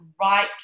right